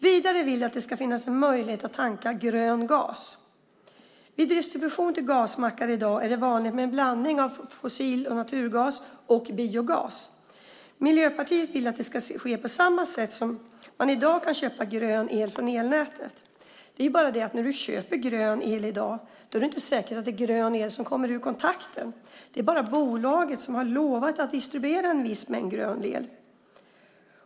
Vidare vill Miljöpartiet att det ska finnas möjlighet att tanka grön gas. Vid distribution till gasmackar är det i dag vanligt med en blandning av fossil och naturgas och biogas. Miljöpartiet vill att det ska ske på samma sätt som man i dag kan köpa grön el från elnätet. Det är bara det att när man köper grön el är det inte alls säkert att det är grön el som kommer ut ur kontakten. Bolaget har bara lovat att distribuera en viss mängd grön el.